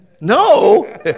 No